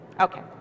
Okay